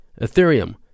Ethereum